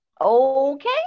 okay